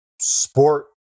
sport